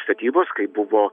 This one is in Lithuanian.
statybos kai buvo